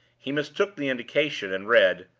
he mistook the indication, and read,